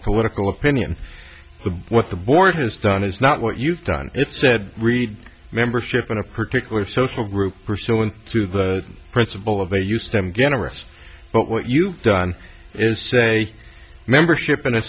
political opinion the what the board has done is not what you've done it said read membership in a particular social group pursuant to the principle of a use them generous but what you've done is say membership in a